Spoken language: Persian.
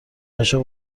عاشق